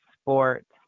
sports